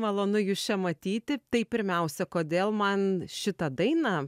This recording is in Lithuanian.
malonu jus čia matyti tai pirmiausia kodėl man šitą dainą